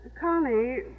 Connie